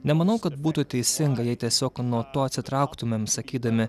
nemanau kad būtų teisinga jei tiesiog nuo to atsitrauktumėm sakydami